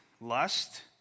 lust